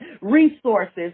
resources